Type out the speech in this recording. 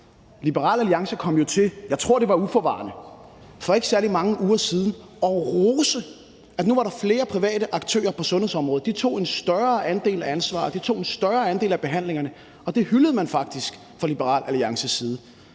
Liberal Alliance kom jo til – jeg tror, det var uforvarende – for ikke særlig mange uger siden at rose, at der nu var flere private aktører på sundhedsområdet, og at de tog en større andel af ansvaret, en større andel af behandlingerne. Det hyldede man faktisk fra Liberal Alliances side.